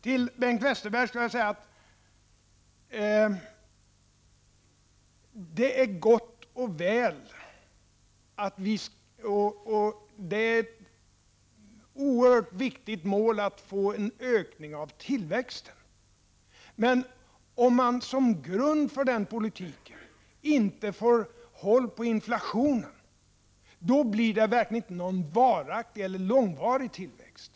Till Bengt Westerberg vill jag säga: Det är gott och väl att ett oerhört viktigt mål är att få en ökning av tillväxten, men om man inte som grund för den politiken får håll på inflationen, blir det verkligen inte någon varaktig eller långvarig tillväxt.